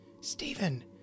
Stephen